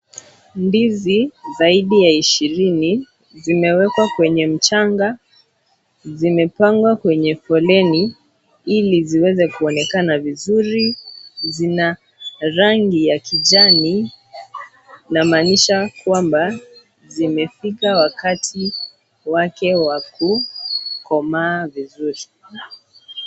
Ndizi zaidi ya ishirini, zimewekwa kwenye mchanga. Zimepangwa kwenye foleni, ili ziweze kuonekana vizuri. Zina rangi ya kijani, inamaanisha kwamba, zimefika wakati wake wa kukomaa vizuri.